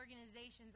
organizations